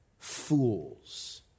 Fools